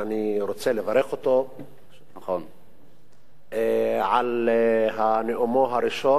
אני רוצה לברך אותו על נאומו הראשון,